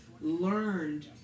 learned